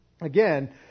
again